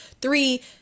three